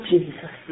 Jesus